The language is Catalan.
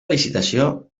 licitació